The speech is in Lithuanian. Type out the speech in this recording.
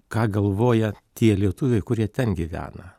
ką galvoja tie lietuviai kurie ten gyvena